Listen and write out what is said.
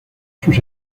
sus